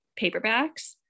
paperbacks